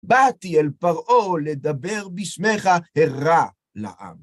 באתי אל פרעה לדבר בשמך הרע לעם